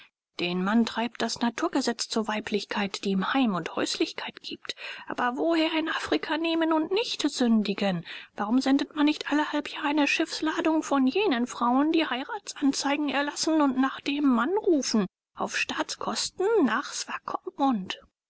den mann treibt das naturgesetz zur weiblichkeit die ihm heim und häuslichkeit gibt aber woher in afrika nehmen und nicht sündigen warum sendet man nicht alle halbjahr eine schiffsladung von jenen frauen die heiratsanzeigen erlassen und nach dem mann rufen auf staatskosten nach swakopmund